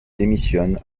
démissionne